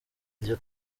iryo